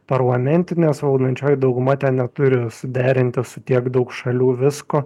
parlamentinės valdančioji dauguma ten neturi suderinti su tiek daug šalių visko